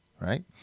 right